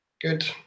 Good